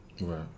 right